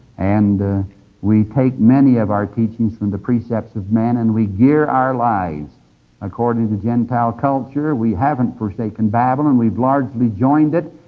and we take many of our teachings from the precepts of men, and we gear our lecture according to gentile culture. we haven't forsaken babylon, we've largely joined it,